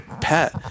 pet